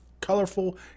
colorful